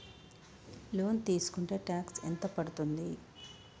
Loan తీస్కుంటే tax ఎంత పడ్తుంది?